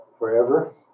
forever